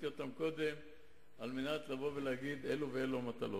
קודם על מנת לבוא ולהגיד: אלו ואלו המטלות.